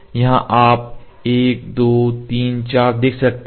यहां आप 1 2 3 4 देख सकते हैं